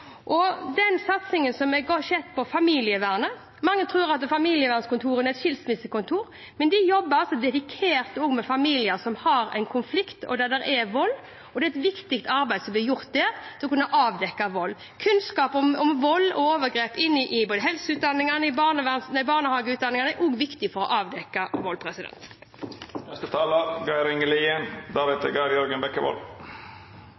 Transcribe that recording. den satsingen jeg har sett på familievernet: Mange tror at familievernkontorene er skilsmissekontorer, men de jobber dedikert også med familier som har en konflikt, og der det er vold, og det er et viktig arbeid som blir gjort for å avdekke vold. Kunnskap om vold og overgrep innen både helseutdanningene og barnehageutdanningene er også viktig for å avdekke vold.